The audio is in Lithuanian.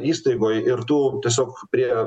įstaigoj ir tu tiesiog prie